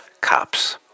Cops